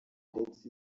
ndetse